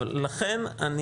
לכן,